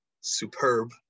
superb